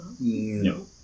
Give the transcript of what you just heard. No